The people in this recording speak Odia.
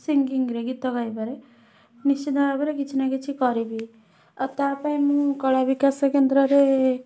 ସିଙ୍ଗିଙ୍ଗରେ ଗୀତ ଗାଇବାରେ ନିଶ୍ଚିତ ଭାବେ କିଛି ନା କିଛି କରିବି ଆଉ ତା' ପାଇଁ ମୁଁ କଳାବିକାଶ କେନ୍ଦ୍ରରେ